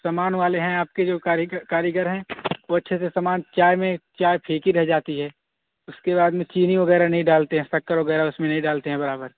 سمان والے ہیں آپ کے جو کاریگر ہیں وہ اچھے سے سامان چائے میں چائے پھیکی رہ جاتی ہے اس کے بعد میں چینی وغیرہ نہیں ڈالتے ہیں شکر وغیرہ اس میں نہیں ڈالتے ہیں برابر